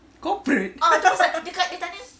corprate